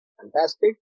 fantastic